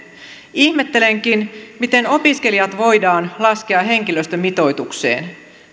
ihmettelenkin miten opiskelijat voidaan laskea henkilöstömitoitukseen